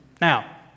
Now